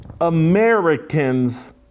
Americans